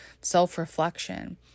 self-reflection